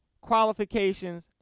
qualifications